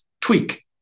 tweak